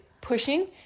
pushing